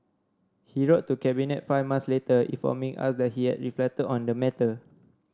he wrote to Cabinet five months later informing us that he had reflected on the matter